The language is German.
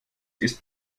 ist